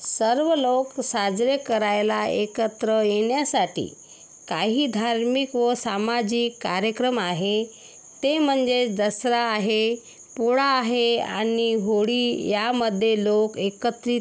सर्व लोक साजरे करायला एकत्र येण्यासाठी काही धार्मिक व सामाजिक कार्यक्रम आहे ते म्हंजे दसरा आहे पोळा आहे आणि होळी यामधे लोक एकत्रित